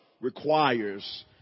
requires